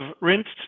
rinsed